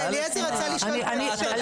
זה